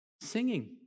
Singing